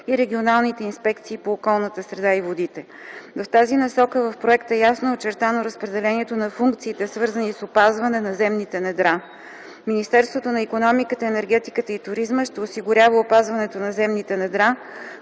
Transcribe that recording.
и регионалните инспекции по околната среда и водите. „В тази насока в проекта ясно е очертано разпределението на функциите, свързани с опазването на земните недра. Министерството на икономиката, енергетиката и туризма ще осигурява опазването на земните недра